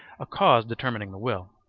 a cause determining the will.